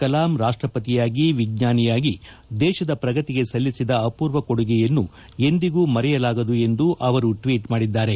ಕಲಾಂ ರಾಷ್ಷಪತಿಯಾಗಿ ವಿಜ್ವಾನಿಯಾಗಿ ದೇಶದ ಪ್ರಗತಿಗೆ ಸಲ್ಲಿಸಿದ ಅಪೂರ್ವ ಕೊಡುಗೆಯನ್ನು ಎಂದಿಗೂ ಮರೆಯಲಾಗದು ಎಂದು ಅವರು ಟ್ವೀಟ್ ಮಾಡಿದ್ದಾರೆ